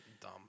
Dumb